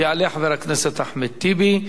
יעלה חבר הכנסת אחמד טיבי,